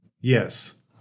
Yes